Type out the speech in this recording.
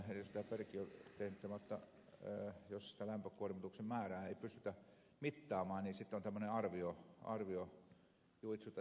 perkiö on tehnyt jotta jos sitä lämpökuormituksen määrää ei pystytä mittaamaan niin sitten on tämmöinen arviojuitsu tässä olemassa